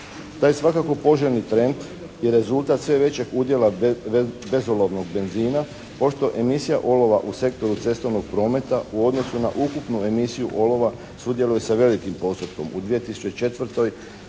Taj svakako poželjni trend je rezultat sve većeg udjela bezolovnog benzina pošto emisija olova u sektoru cestovnog prometa u odnosu na ukupnu emisiju olova sudjeluje sa velikim postotkom u 2004.